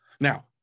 Now